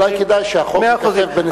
אז אולי כדאי שהחוק ייכתב בנסיבות.